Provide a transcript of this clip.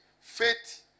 Faith